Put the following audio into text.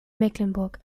mecklenburg